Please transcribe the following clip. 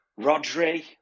Rodri